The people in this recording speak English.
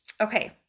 okay